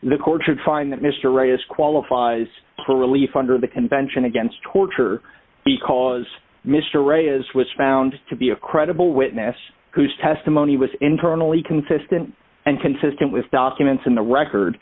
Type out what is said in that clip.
the court should find that mr ray is qualifies for relief under the convention against torture because mr ray is was found to be a credible witness whose testimony was internally consistent and consistent with documents in the record